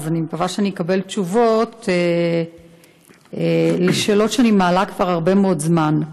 אז אני מקווה שאני אקבל תשובות על שאלות שאני מעלה כבר הרבה מאוד זמן.